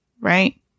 right